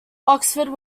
oxford